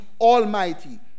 almighty